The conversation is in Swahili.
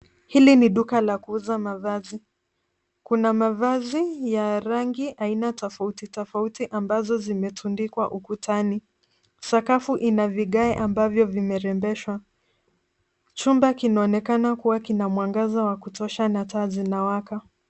Hili ni duka la kuuza mavazi, kuna mavazi ya rangi aina tofauti tofauti ambazo zimetundikwa ukutani. Sakafu ina vigae ambavyo vimerembeshwa. Chumba kinaonekana kuwa kina mwangaza wa kutosha na taa zinawaka.